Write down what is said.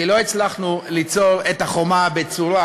כי לא הצלחנו ליצור את החומה הבצורה